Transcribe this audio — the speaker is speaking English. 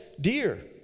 Dear